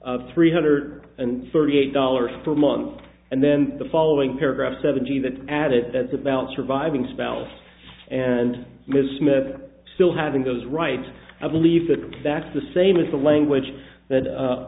of three hundred and thirty eight dollars per month and then the following paragraph seventy that added that's about surviving spouse and ms smith still having those right i believe that that's the same as the language